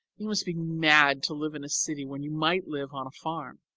you must be mad to live in a city when you might live on a farm.